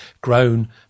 grown